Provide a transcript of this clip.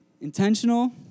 Intentional